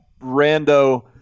rando –